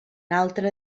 altre